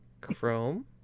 Chrome